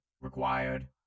Required